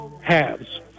halves